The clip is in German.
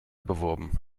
beworben